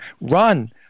Run